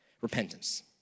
repentance